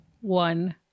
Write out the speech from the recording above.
one